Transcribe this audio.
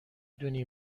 دونی